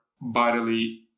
bodily